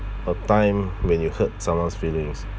a time when you hurt someone's feelings